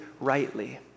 rightly